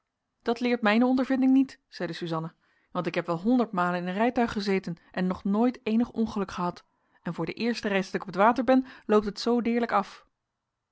dat leert mijne ondervinding niet zeide suzanna want ik heb wel honderdmalen in een rijtuig gezeten en nog nooit eenig ongeluk gehad en voor de eerste reis dat ik op het water ben loopt het zoo deerlijk af